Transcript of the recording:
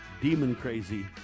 demon-crazy